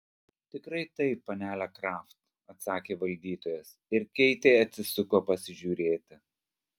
tikrai taip panele kraft atsakė valdytojas ir keitė atsisuko pasižiūrėti